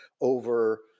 over